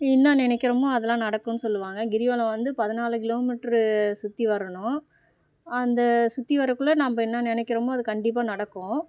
என்னா நினைக்கிறோமோ அதெல்லாம் நடக்கும்னு சொல்வாங்க கிரிவலம் வந்து பதினாலு கிலோமீட்ரு சுற்றி வரணும் அந்த சுற்றி வர்றதுக்குள்ள நம்ம என்ன நினைக்கிறோமோ அது கண்டிப்பாக நடக்கும்